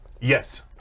Yes